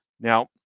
now